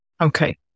Okay